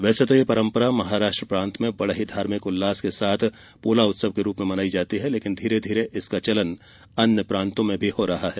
वैसे तो यह परंपरा महाराष्ट्र प्रांत में बड़े ही धार्मिक उल्लास के साथ पोला उत्सव के रूप में मनाई जाती है लेकिन धीरे धीरे से इसका चलन अन्य प्रांतों में भी हो रहा है